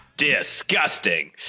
disgusting